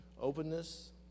Openness